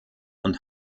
und